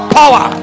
power